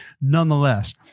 Nonetheless